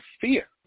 fear